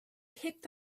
picked